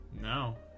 No